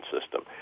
system